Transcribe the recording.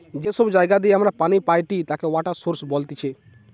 যে সব জায়গা দিয়ে আমরা পানি পাইটি তাকে ওয়াটার সৌরস বলতিছে